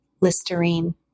Listerine